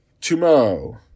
tomorrow